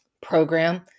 program